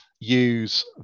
use